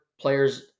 players